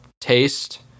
taste